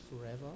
forever